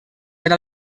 era